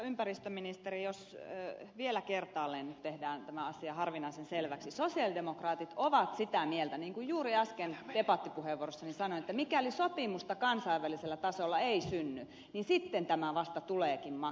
jos vielä kertaalleen tehdään tämä asia harvinaisen selväksi sosialidemokraatit ovat sitä mieltä niin kuin juuri äsken debattipuheenvuorossani sanoin että mikäli sopimusta kansainvälisellä tasolla ei synny sitten tämä vasta tuleekin maksamaan